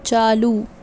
چالو